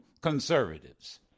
conservatives